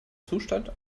zustand